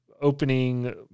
opening